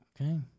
Okay